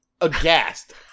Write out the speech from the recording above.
aghast